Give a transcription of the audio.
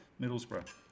Middlesbrough